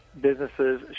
businesses